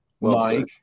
Mike